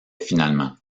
finalement